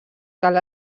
cal